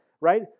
Right